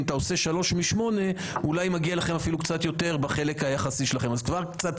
והיא נוגעת לשאלת ההבנה של המושג ייצוג סיעתי בהרכב הוועדות.